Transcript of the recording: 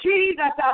Jesus